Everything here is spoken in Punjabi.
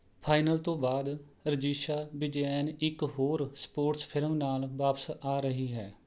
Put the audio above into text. ਫਾਈਨਲ ਤੋਂ ਬਾਅਦ ਰਜਿਸ਼ਾ ਵਿਜਯਨ ਇੱਕ ਹੋਰ ਸਪੋਰਟਸ ਫਿਲਮ ਨਾਲ ਵਾਪਸ ਆ ਰਹੀ ਹੈ